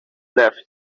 left